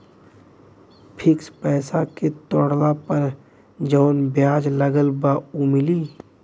Fix पैसा के तोड़ला पर जवन ब्याज लगल बा उ मिली?